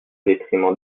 détriment